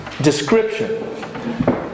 description